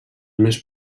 més